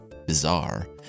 Bizarre